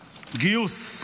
גיוס,